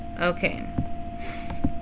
Okay